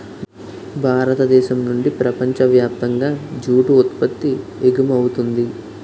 భారతదేశం నుండి ప్రపంచ వ్యాప్తంగా జూటు ఉత్పత్తి ఎగుమవుతుంది